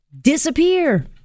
disappear